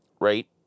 right